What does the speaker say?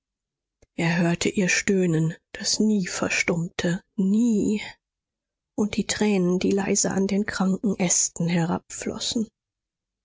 er hörte ihr stöhnen das nie verstummte nie und die tränen die leise an den kranken ästen